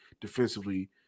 defensively